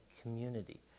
community